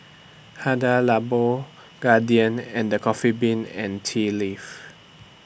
Hada Labo Guardian and The Coffee Bean and Tea Leaf